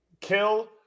kill